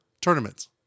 tournaments